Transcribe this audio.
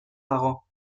dago